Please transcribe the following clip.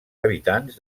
habitants